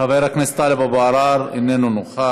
חבר הכנסת טלב אבו עראר, אינו נוכח,